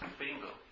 bingo